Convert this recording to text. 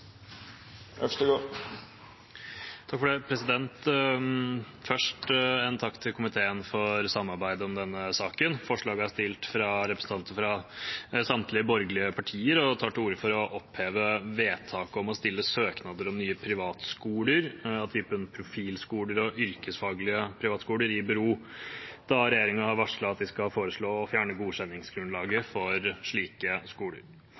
komiteen for samarbeidet om denne saken. Forslaget er framsatt fra representanter fra samtlige borgerlige partier og tar til orde for å oppheve vedtaket om å stille søknader om nye privatskoler av typen profilskoler og yrkesfaglige privatskoler i bero da regjeringen har varslet at den skal foreslå å fjerne godkjenningsgrunnlaget for slike